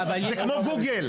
זה כמו גוגל.